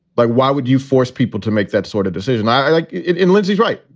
like why would you force people to make that sort of decision? i like it in lyndsey's right.